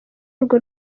urwo